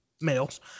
males